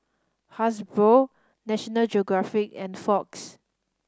Hasbro National Geographic and Fox